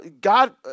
god